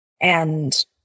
and-